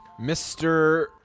Mr